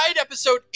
episode